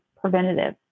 preventative